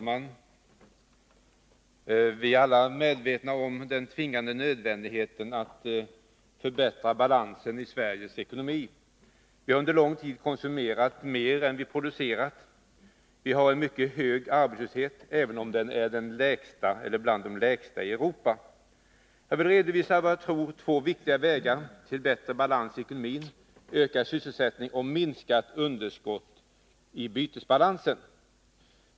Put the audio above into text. Herr talman! Alla är vi medvetna om den tvingande nödvändigheten att förbättra balansen i Sveriges ekonomi. Vi har under lång tid konsumerat mera än vi producerat. Vi har en mycket hög arbetslöshet, även om den är bland de lägsta i Europa. Jag vill redovisa — vad jag tror — två viktiga vägar till bättre balans i ekonomin, ökad sysselsättning och minskat underskott i bytesbalansen.